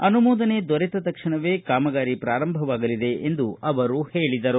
ಅನುಮೋದನೆ ದೊರೆತ ತಕ್ಷಣವೇ ಕಾಮಗಾರಿ ಪ್ರಾರಂಭವಾಗಲಿದೆ ಎಂದು ಅವರು ಹೇಳಿದರು